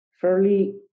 fairly